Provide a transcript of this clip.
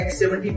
X70